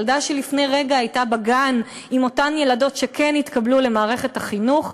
ילדה שלפני רגע הייתה בגן עם אותן ילדות שכן התקבלו למערכת החינוך,